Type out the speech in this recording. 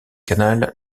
canal